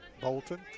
Bolton